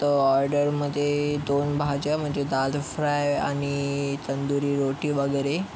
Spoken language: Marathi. तर ऑर्डरमध्ये दोन भाज्यामध्ये दाल फ्राय आणि तंदुरी रोटी वगैरे